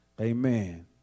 amen